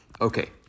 Okay